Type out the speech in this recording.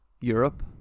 Europe